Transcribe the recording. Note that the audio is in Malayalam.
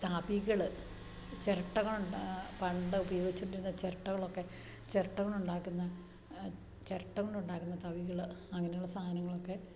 തവികൾ ചിരട്ടകളൊണ്ടാ പണ്ട് ഉപയോഗിച്ചോണ്ടിരുന്ന ചിരട്ടകളൊക്കെ ചിരട്ടകൾ ഉണ്ടാക്കുന്ന ചിരട്ട കൊണ്ട് ഉണ്ടാക്കുന്ന തവികൾ അങ്ങനുള്ള സാധനങ്ങൾ ഒക്കെ